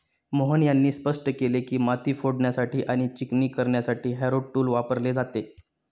मोहन यांनी स्पष्ट केले की, माती फोडण्यासाठी आणि चिकणी करण्यासाठी हॅरो टूल वापरले जाते